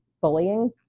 bullying